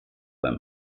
beim